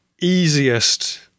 easiest